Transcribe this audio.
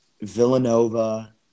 Villanova